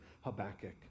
Habakkuk